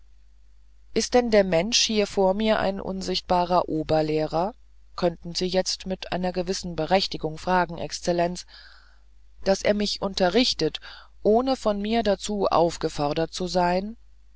ist denn der mensch hier vor mir ein unsichtbarer oberlehrer könnten sie jetzt mit einer gewissen berechtigung fragen exzellenz daß er mich unterrichtet ohne von mir dazu aufgefordert zu sein